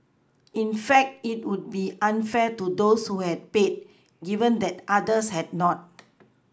in fact it would be unfair to those who had paid given that others had not